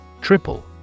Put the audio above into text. Triple